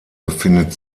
befindet